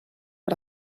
per